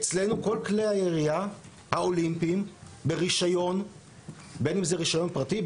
אצלנו כל כלי הירייה האולימפיים ברישיון - בין אם זה רישיון פרטי,